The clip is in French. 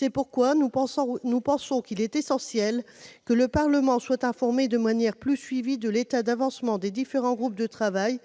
du véhicule. Nous pensons qu'il est essentiel que le Parlement soit informé de manière plus suivie de l'état d'avancement des réflexions des différents groupes de travail